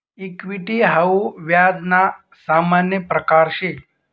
equity हाऊ व्याज ना सामान्य प्रकारसे